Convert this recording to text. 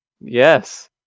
Yes